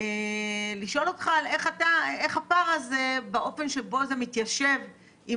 אני רוצה לשאול אותך איך הפער הזה באופן שבו זה מתיישב עם